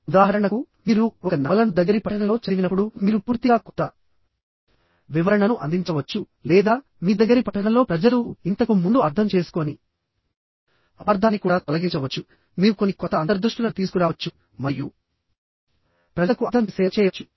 ఉదాహరణకు మీరు ఒక నవలను దగ్గరి పఠనంలో చదివినప్పుడు మీరు పూర్తిగా కొత్త వివరణను అందించవచ్చు లేదా మీ దగ్గరి పఠనంలో ప్రజలు ఇంతకు ముందు అర్థం చేసుకోని అపార్థాన్ని కూడా తొలగించవచ్చు మీరు కొన్ని కొత్త అంతర్దృష్టులను తీసుకురావచ్చు మరియు ప్రజలకు అది కూడా కూడా అర్థం చేసేలా చేయవచ్చు